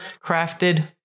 Crafted